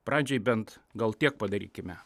pradžiai bent gal tiek padarykime